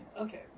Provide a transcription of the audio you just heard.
Okay